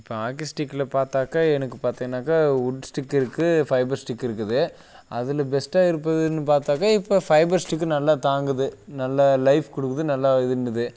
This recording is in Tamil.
இப்போ ஆக்கி ஸ்டிக்கில் பார்த்தாக்கா எனக்கு பார்த்தீன்னாக்கா உட் ஸ்டிக்கு இருக்குது ஃபைபர் ஸ்டிக்கு இருக்குது அதில் பெஸ்ட்டாக இருப்பதுனு பார்த்தாக்கா இப்போ ஃபைபர் ஸ்டிக்கு நல்லா தாங்குது நல்லா லைஃப் கொடுக்குது நல்லா இதுன்னுது